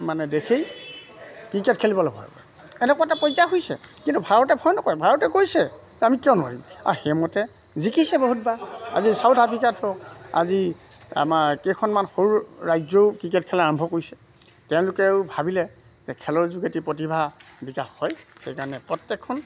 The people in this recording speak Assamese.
মানে দেশেই ক্ৰিকেট খেলিবলে এনেকুৱা এটা পৰ্যায় হৈছে কিন্তু ভাৰতে ভয় নকয় ভাৰতে কৈছে আমি কিয় নোৱাৰিম আৰু সেইমতে জিকিছে বহুতবাৰ আজি ছাউথ আফ্ৰিকাতো আজি আমাৰ কেইখনমান সৰু ৰাজ্যও ক্ৰিকেট খেলা আৰম্ভ কৰিছে তেওঁলোকেও ভাবিলে যে খেলৰ যোগেদি প্ৰতিভা বিকাশ হয় সেইকাৰণে প্ৰত্যেকখন